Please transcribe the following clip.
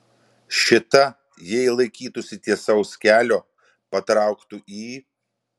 šita jei laikytųsi tiesaus kelio patrauktų į